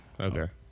Okay